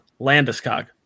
Landeskog